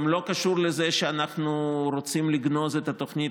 וגם לא קשור לזה שאנחנו רוצים לגנוז את התוכנית